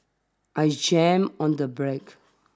I jammed on the brakes